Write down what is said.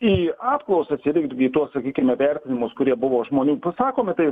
į apklausas ir irgi į tuos sakykime vertinimus kurie buvo žmonių pasakomi tai